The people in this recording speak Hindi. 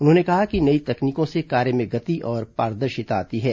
उन्होंने कहा कि नई तकनीकों से कार्य में गति और पारदर्शिता आती है